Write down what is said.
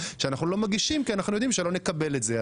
שאנחנו לא מגישים כי אנחנו יודעים שאנחנו לא נקבל את זה.